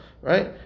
right